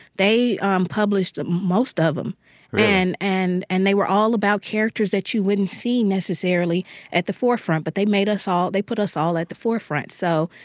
they um published most of them really? and and and they were all about characters that you wouldn't see necessarily at the forefront. but they made us all they put us all at the forefront. so